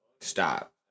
stop